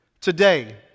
Today